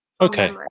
Okay